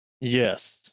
Yes